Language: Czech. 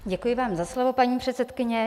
Děkuji vám za slovo, paní předsedkyně.